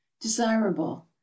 desirable